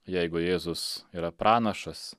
jeigu jėzus yra pranašas